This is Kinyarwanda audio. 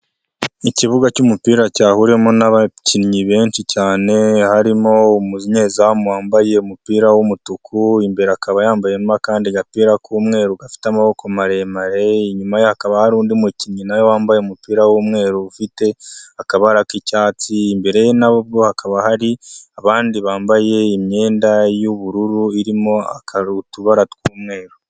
Ikibuga cy'umupira cyahuriwemo n'abakinnyi benshi cyane harimo umunyezamu wambaye umupira w'umutuku, imbere akaba yambayemo akandi agapira k'umweru gafite amaboko maremare inyuma ye hakaba hari undi mukinnyi nawe yambaye umupira w'umweru ufite akabara k'icyatsi imbere nabwo hakaba hari abandi bambaye imyenda y'ubururu irimo utubara twumweru